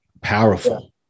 powerful